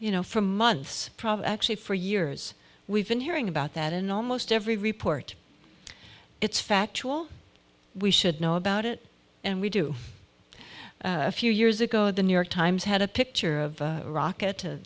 you know for months probably actually for years we've been hearing about that in almost every report it's factual we should know about it and we do a few years ago the new york times had a picture of rocket